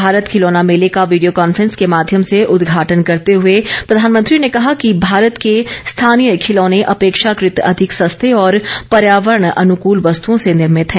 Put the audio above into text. भारत खिलौना मेले का वीडियो कान्फ्रेंस को माध्यम से उदघाटन करते हुए प्रधानमंत्री ने कहा कि भारत के स्थानीय खिलौने अपेक्षाकृत अधिक सस्ते और पर्यावरण अनुकल वस्तुओं से निर्मित हैं